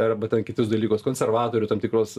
arba ten kitus dalykus konservatorių tam tikros